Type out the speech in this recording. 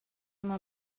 uma